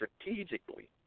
strategically